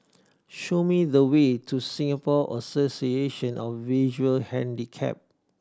show me the way to Singapore Association of Visually Handicapped